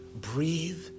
Breathe